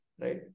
right